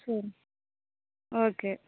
சரி ஓகே